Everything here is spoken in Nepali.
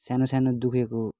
सानो सानो दुखेको